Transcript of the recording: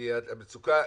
את המצוקה,